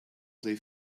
they